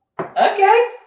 Okay